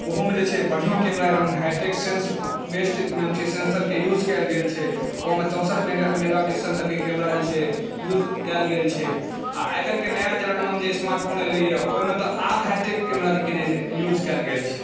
ओहुमे जे छै बढ़िऑं कैमरा हाईटेक सेन्स बेस्ड की नाम छै सेन्सर के यूज कयल गेल छै ओहिमे चौसठ मेगा पिक्सल तक केँ कैमरा जे छै यूज कैल गेल छै आ आई काल्हि केँ जे नया जमानामे जे स्मार्ट फोन एलैयऽओइमे तऽआर हाईटेक कैमराकेँ जे छै से यूज कैल गेल छै